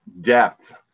depth